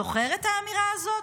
זוכר את האמירה הזאת?